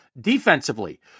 Defensively